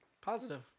positive